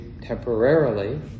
temporarily